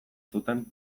zuten